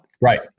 Right